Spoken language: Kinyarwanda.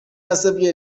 yasabye